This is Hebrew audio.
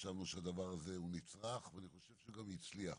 חשבנו שהדבר הזה הוא נצרך ואני חושב שגם הצליח.